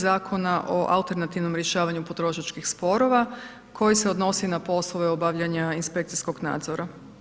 Zakona o alternativnom rješavanju potrošačkih sporova koji se odnosi na poslove obavljanja inspekcijskog nadzora.